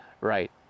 right